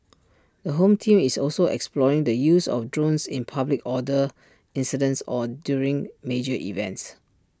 the home team is also exploring the use of drones in public order incidents or during major events